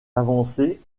avancées